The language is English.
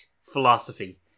philosophy